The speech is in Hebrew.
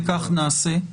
וכך נעשה.